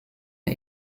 der